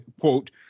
quote